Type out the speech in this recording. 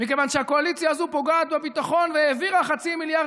מכיוון שהקואליציה הזו פוגעת בביטחון והעבירה 0.5 מיליארד